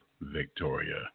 Victoria